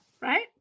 right